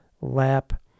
lap